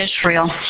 Israel